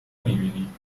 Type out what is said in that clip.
میبینید